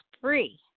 free